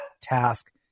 task